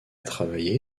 travaillé